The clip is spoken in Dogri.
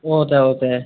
ओह् ते ऐ ओह् ते ऐ